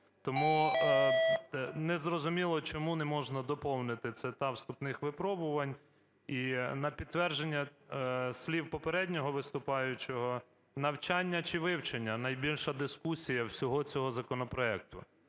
Тому незрозуміло, чому не можна доповнити це "та вступних випробувань". І на підтвердження слів попереднього виступаючого, навчання чи вивчення – найбільша дискусія всього цього законопроекту?